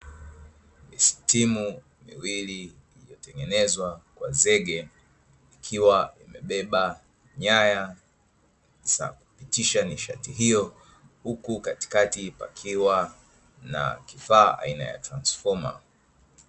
Misitimu miwili iliyotengenezwa kwa zege, ikiwa imebeba nyaya za kupitisha nishati hiyo huku katikati pakiwa na kifaa aina ya transfoma.